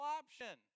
option